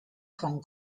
hong